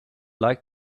like